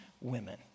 women